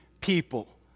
people